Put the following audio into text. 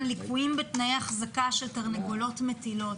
"ליקויים בתנאי אחזקה של תרנגולות מטילות".